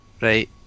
right